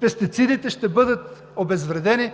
Пестицидите ще бъдат обезвредени